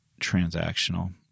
transactional